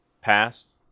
past